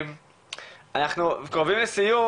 אנחנו קרובים לסיום.